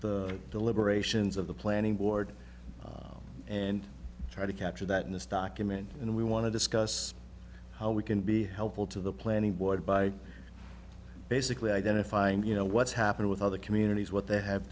the deliberations of the planning board and try to capture that in this document and we want to discuss how we can be helpful to the planning board by basically identifying you know what's happened with other communities what they have